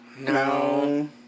No